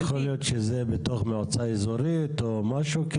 יכול להיות שזה בתוך מועצה אזורית או משהו?